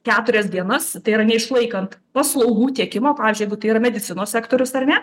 keturias dienas tai yra neišlaikant paslaugų tiekimo pavyzdžiui jeigu tai yra medicinos sektorius ar ne